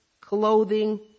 clothing